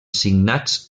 signats